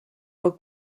for